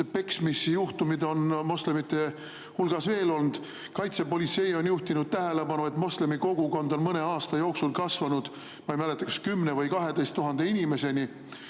peksmisjuhtumeid on moslemite hulgas veel olnud. Kaitsepolitsei on juhtinud tähelepanu, et moslemi kogukond on mõne aasta jooksul kasvanud, ma ei mäleta, 10 000 või 12 000 inimeseni.